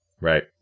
Right